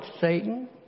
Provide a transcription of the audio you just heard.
Satan